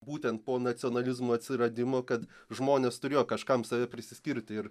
būtent po nacionalizmo atsiradimo kad žmonės turėjo kažkam save prisiskirti ir